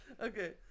Okay